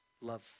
love